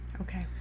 okay